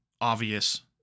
obvious